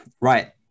Right